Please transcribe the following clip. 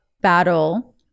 battle